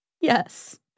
Yes